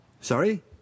Sorry